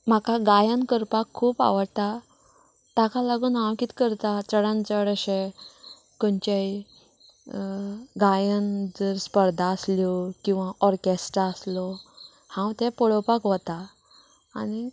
म्हाका गायन करपाक खूब आवडटा ताका लागून हांव कितें करतां चडांत चड अशें खंयचेय गायन जर स्पर्धा आसल्यो किंवां ओर्केस्ट्रा आसलो हांव तें पळोवपाक वता आनी